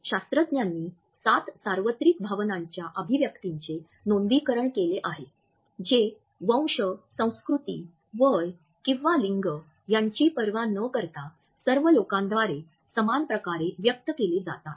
शास्त्रज्ञांनी सात सार्वत्रिक भावनांच्या अभिव्यक्तिंचे नोंदीकरण केले आहे जे वंश संस्कृती वय किंवा लिंग यांची पर्वा न करता सर्व लोकांद्वारे समानप्रकारे व्यक्त केले जातात